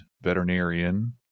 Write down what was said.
veterinarian